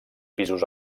pisos